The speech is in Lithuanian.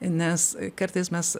nes kartais mes